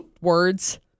words